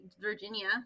Virginia